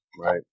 Right